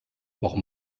warum